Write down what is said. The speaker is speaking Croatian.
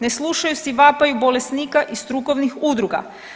Ne slušaju se i vapaji bolesnika i strukovnih udruga.